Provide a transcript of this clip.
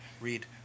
read